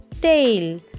tail